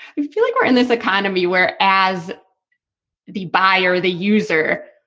you feel like we're in this economy where as the buyer, the user,